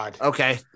okay